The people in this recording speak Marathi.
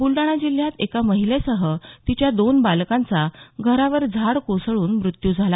बुलडाणा जिल्ह्यात एका महिलेसह तिच्या दोन बालकांचा घरावर झाड कोसळून मृत्यू झाला